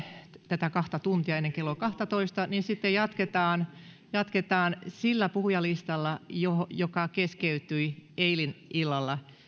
tätä kahta tuntia ennen kello kahtatoista niin sitten jatketaan jatketaan sillä puhujalistalla joka joka keskeytyi eilen illalla